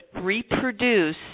reproduce